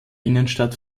innenstadt